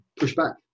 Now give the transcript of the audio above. pushback